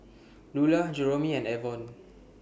Lular Jeromy and Avon